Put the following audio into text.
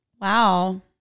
Wow